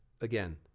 again